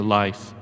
life